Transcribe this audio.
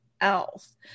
else